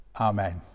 Amen